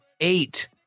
eight